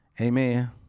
amen